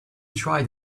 tried